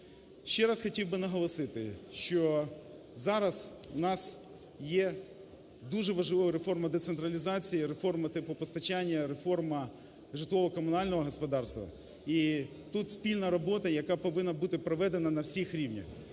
Ще раз хотів би наголосити, що зараз в нас є дуже важлива реформа децентралізації, реформа теплопостачання, реформа житлово-комунального господарства, і тут спільна робота, яка повинна бути проведена на всіх рівнях.